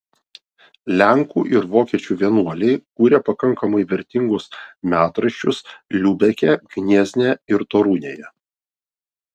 lenkų ir vokiečių vienuoliai kūrė pakankamai vertingus metraščius liubeke gniezne ir torunėje